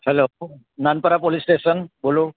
hello Nanpara police station બોલો